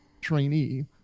trainee